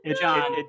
John